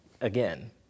again